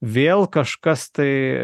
vėl kažkas tai